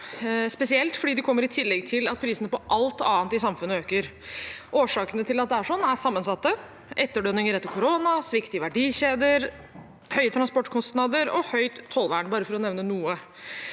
spesielt fordi det kommer i tillegg til at prisene på alt annet i samfunnet øker. Årsakene til at det er sånn, er sammensatte: etterdønninger etter korona, svikt i verdikjeder, høye transportkostnader og høyt tollvern, bare for å nevne noe.